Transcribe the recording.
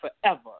forever